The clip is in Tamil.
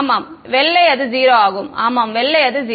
ஆமாம் வெள்ளை அது 0 ஆகும் ஆமாம் வெள்ளை அது 0